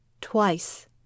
twice